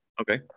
Okay